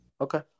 Okay